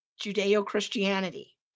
Judeo-Christianity